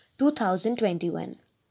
2021